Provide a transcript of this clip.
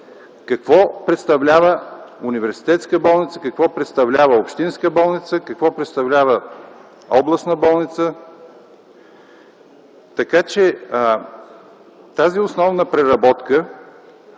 какво представлява университетска болница, какво представлява общинска болница, какво представлява областна болница. Тази основна преработка